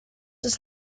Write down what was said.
does